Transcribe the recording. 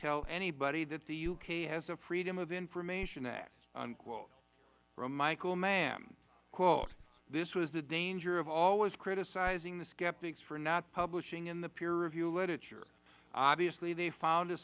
tell anybody that the uk has a freedom of information act unquote from michael mann quote this was the danger of always criticizing the skeptics for not publishing in the peer review literature obviously they found a